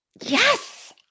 Yes